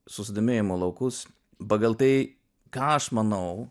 susidomėjimo laukus pagal tai ką aš manau